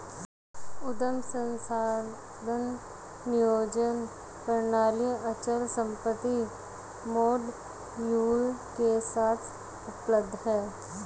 उद्यम संसाधन नियोजन प्रणालियाँ अचल संपत्ति मॉड्यूल के साथ उपलब्ध हैं